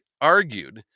argued